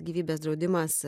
gyvybės draudimas